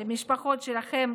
למשפחות שלכם,